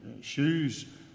shoes